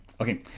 Okay